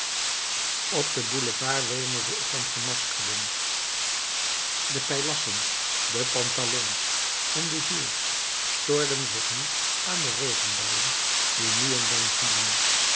op den boulevard wemelde het van gemaskerden de paillassen de pantalons en de gilles stoorden zich niet aan de regenbuien die nu en dan vielen